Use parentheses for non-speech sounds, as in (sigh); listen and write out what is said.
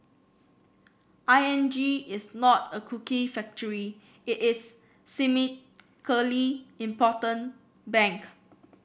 I N G is not a cookie factory it is (unintelligible) important bank